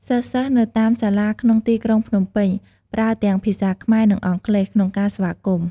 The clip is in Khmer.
សិស្សៗនៅតាមសាលាក្នុងទីក្រុងភ្នំពេញ ប្រើទាំងភាសាខ្មែរ និងអង់គ្លេស ក្នុងការស្វាគមន៍។